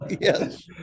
Yes